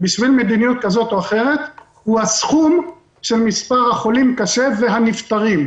בשביל מדיניות כזאת או אחרת הוא הסכום של מספר החולים קשה והנפטרים.